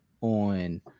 on